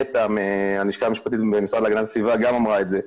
נטע ממשרד הגנת הסביבה גם אמרה את זה,